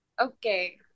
Okay